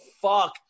fuck